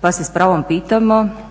Pa se s pravom pitamo,